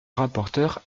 rapporteur